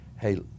hey